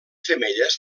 femelles